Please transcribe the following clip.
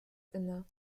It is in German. inne